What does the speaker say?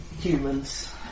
humans